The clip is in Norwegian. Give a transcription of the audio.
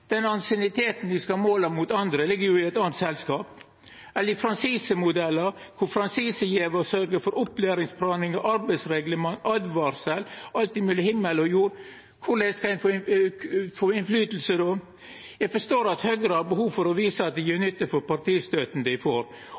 Den ansienniteten dei skal måla mot andre, ligg jo i eit anna selskap. Eller når det gjeld franchisemodellar, der franchisegjevar sørgjer for opplæringsprogram og arbeidsreglement og åtvaringar, alt mellom himmel og jord – korleis skal ein få påverknad då? Eg forstår at Høgre har behov for å visa at dei gjer nytte for den partistøtta dei får,